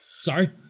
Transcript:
Sorry